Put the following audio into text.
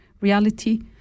reality